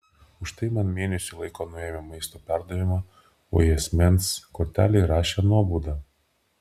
už tai man mėnesiui laiko nuėmė maisto perdavimą o į asmens kortelę įrašė nuobaudą